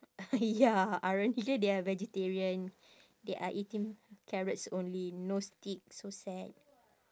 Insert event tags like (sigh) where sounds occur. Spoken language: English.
(laughs) ya ironically they are vegetarian they are eating carrots only no steak so sad